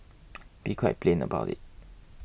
be quite plain about it